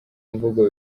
mvugo